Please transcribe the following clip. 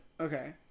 Okay